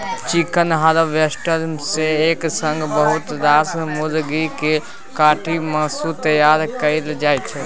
chicken harvester सँ एक संगे बहुत रास मुरगी केँ काटि मासु तैयार कएल जाइ छै